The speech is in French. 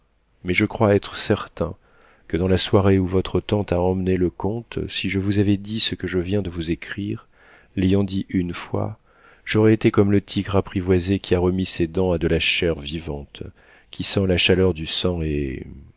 mais je crois être certain que dans la soirée où votre tante a emmené le comte si je vous avais dit ce que je viens de vous écrire l'ayant dit une fois j'aurais été comme le tigre apprivoisé qui a remis ses dents à de la chair vivante qui sent la chaleur du sang et